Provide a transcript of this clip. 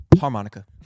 Harmonica